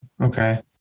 Okay